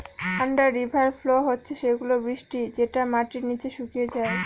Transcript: under river flow হচ্ছে সেগুলা বৃষ্টি হলে যেটা মাটির নিচে শুকিয়ে যায়